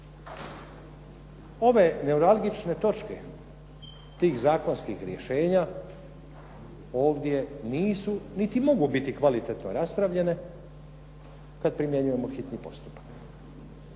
Ove neuralgične točke tih zakonskih rješenja ovdje nisu niti mogu biti kvalitetno raspravljene kad primjenjujemo hitni postupak.